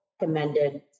recommended